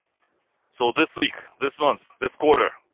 so this week, this month, this quarter.